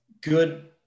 good